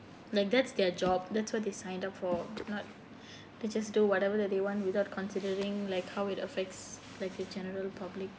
like that's their job that's what they signed up for not they just do whatever that they want without considering like how it affects like the general public